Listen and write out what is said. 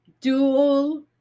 dual